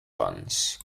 funds